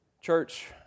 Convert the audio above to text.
Church